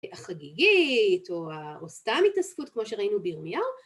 ‫החגיגית או ה.. או סתם התעסקות ‫כמו שראינו בירמיהו.